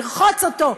לרחוץ אותו,